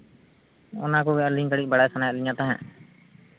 ᱚᱱᱟ ᱠᱚᱜᱮ ᱟᱹᱞᱤᱧ ᱫᱚᱞᱤᱧ ᱵᱟᱲᱟᱭ ᱥᱟᱱᱟᱭᱮᱫ ᱞᱤᱧᱟ ᱛᱟᱦᱮᱸᱫ